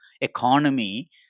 economy